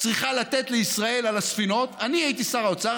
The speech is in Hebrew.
צריכה לתת לישראל על הספינות, אני הייתי שר האוצר.